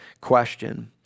question